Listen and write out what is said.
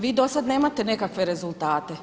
Vi do sada nemate nekakve rezultate.